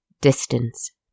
distance